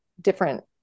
different